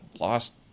lost